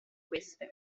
queste